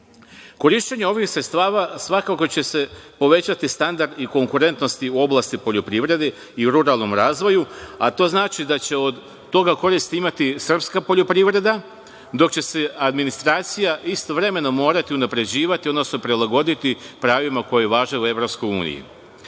razvoj. Korišćenjem ovih sredstava svakako će se povećati standard i konkurentnost u oblasti poljoprivrede i ruralnog razvoja, a to znači da će od toga korist imati srpska poljoprivreda, dok će se administracija istovremeno morati unapređivati, odnosno prilagoditi pravilima koja važe u